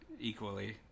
equally